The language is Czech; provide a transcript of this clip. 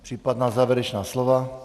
Případná závěrečná slova?